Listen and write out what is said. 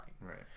Right